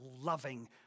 loving